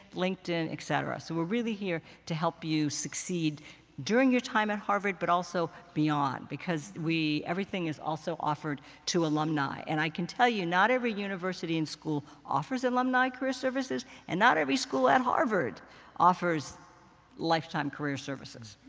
linkedin, et cetera. so we're really here to help you succeed during your time at harvard, but also beyond, because everything is also offered to alumni. and i can tell you, not every university and school offers alumni career services. and not every school at harvard offers lifetime career services.